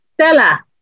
Stella